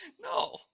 No